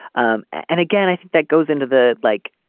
um and again i think that goes into the like.